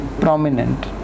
prominent